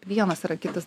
vienas yra kitas